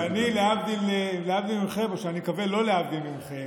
ואני, להבדיל מכם, או, אני מקווה, לא להבדיל מכם,